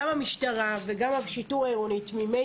גם המשטרה וגם השיטור העירוני תמימי